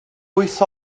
wyth